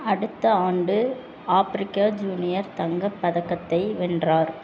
அடுத்த ஆண்டு ஆப்பிரிக்க ஜூனியர் தங்க பதக்கத்தை வென்றார்